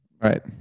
right